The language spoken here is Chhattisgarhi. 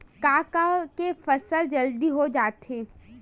का का के फसल जल्दी हो जाथे?